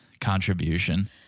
contribution